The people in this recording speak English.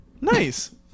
nice